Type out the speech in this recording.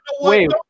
Wait